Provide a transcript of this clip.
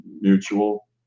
mutual